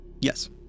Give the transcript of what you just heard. Yes